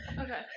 Okay